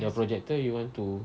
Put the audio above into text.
your projector you want to